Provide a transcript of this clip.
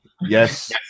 Yes